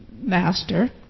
master